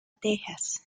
texas